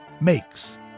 makes